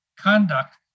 Conduct